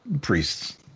Priest's